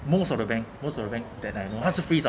most of the bank most of the bank that I know 它是 freeze hor